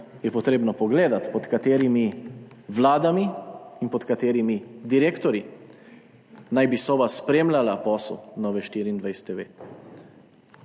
je potrebno pogledati, pod katerimi vladami in pod katerimi direktorji naj bi Sova spremljala posel Nove24TV.